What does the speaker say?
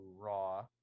raw